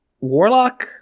Warlock